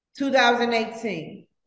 2018